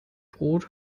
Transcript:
brot